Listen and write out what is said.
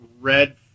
red